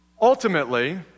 ultimately